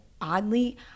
oddly